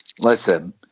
Listen